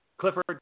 Clifford